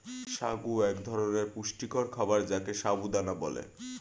সাগু এক ধরনের পুষ্টিকর খাবার যাকে সাবু দানা বলে